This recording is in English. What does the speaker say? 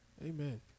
Amen